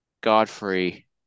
Godfrey